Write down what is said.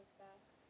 fast